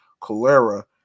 cholera